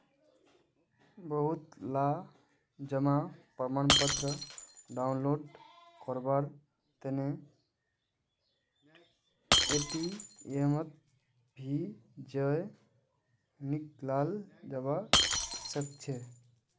बहुतला जमा प्रमाणपत्र डाउनलोड करवार तने एटीएमत भी जयं निकलाल जवा सकछे